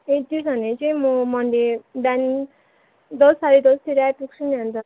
ए त्यसो भने चाहिँ म मन्डे बिहान दस साँडे दसतिर आइपुग्छु नि अन्त